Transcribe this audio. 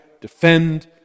defend